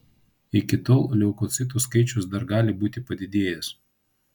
iki tol leukocitų skaičius dar gali būti padidėjęs